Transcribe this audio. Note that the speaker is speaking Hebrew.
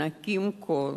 נקים קול